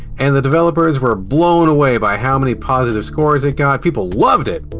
and the developers were blown away by how many positive scores it got, people loved it!